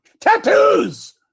Tattoos